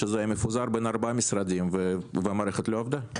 שזה היה מפוזר בין ארבעה משרדים והמערכת לא עבדה.